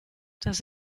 das